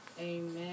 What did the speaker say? Amen